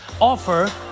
offer